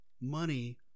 money